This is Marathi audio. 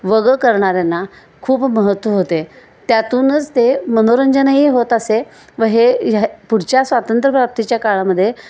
वगं करणाऱ्या खूप महत्त्व होते त्यातूनच ते मनोरंजनही होत असे व हे ह्या पुढच्या स्वातंत्रप्राप्तीच्या काळामधे